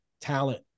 talent